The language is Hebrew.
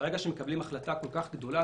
ברגע שמקבלים החלטה כל כך גדולה,